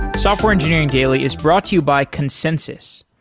software engineering daily is brought to you by consensys.